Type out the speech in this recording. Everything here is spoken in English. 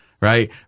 right